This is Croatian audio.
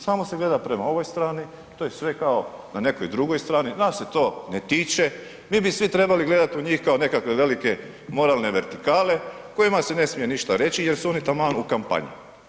Samo se gleda prema ovoj strani, to je sve kao na nekoj drugoj strani, nas se to ne tiče, mi bi svi trebali gledati u njih kao nekakve velike moralne vertikale koji se ne smije ništa reći jer su oni taman u kampanji.